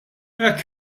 hekk